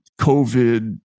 COVID